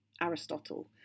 Aristotle